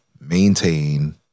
maintain